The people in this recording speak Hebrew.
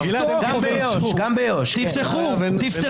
למעשה כבר מיליוני אזרחים שותפים